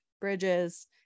bridges